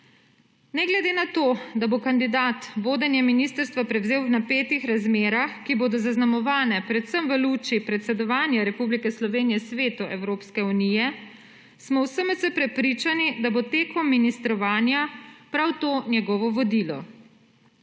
Ne glede na to, da bo kandidat vodenje ministrstva prevzel v napetih razmerah, ki bodo zaznamovane predvsem v luči predsedovanja Republike Slovenije Svetu Evropske unije, smo v SMC prepričani, da bo tekom ministrovanja prav to njegovo vodilo.